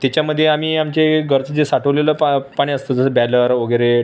तेच्यामध्ये आम्ही आमचे घरचं जे साठवलेलं पा पाणी असतं जसं बॅलर वगैरे